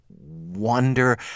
wonder